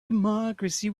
democracy